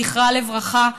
זכרה לברכה,